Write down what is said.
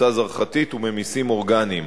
חומצה זרחתית וממיסים אורגניים.